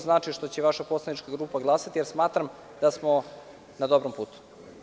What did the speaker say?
Znači mi što će vaša poslanička grupa glasati, jer smatram da smo na dobrom putu.